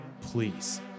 Please